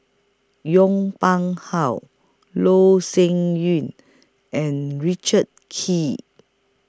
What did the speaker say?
Yong Pung How Loh Sin Yun and Richard Kee